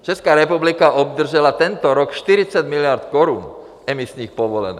Česká republika obdržela tento rok 40 miliard korun z emisních povolenek.